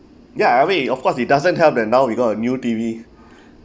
ya I mean it of course it doesn't help that now we got a new T_V